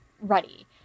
ready